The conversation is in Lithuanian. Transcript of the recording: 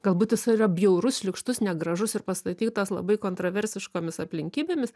galbūt jis yra bjaurus šlykštus negražus ir pastatytas labai kontraversiškomis aplinkybėmis